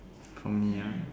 from Ngee-Ann